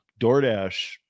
DoorDash